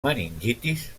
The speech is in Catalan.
meningitis